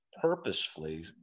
purposefully